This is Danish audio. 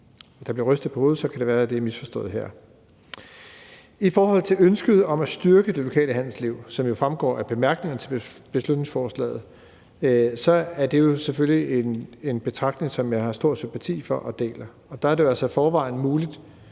Der bliver rystet på hovedet, så det kan være, det er blevet misforstået her. I forhold til ønsket om at styrke det lokale handelsliv, som fremgår af bemærkningerne til beslutningsforslaget, er det jo selvfølgelig en betragtning, som jeg har stor sympati for og deler. Der er det altså i forvejen muligt